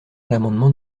l’amendement